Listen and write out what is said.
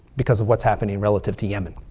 because of what's happening relative to yemen.